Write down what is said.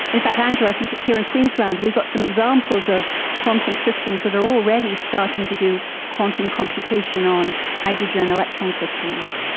in fact andrew, i think here in queensland we've got some examples of quantum systems that are already starting to do quantum computation on hydrogen electron systems.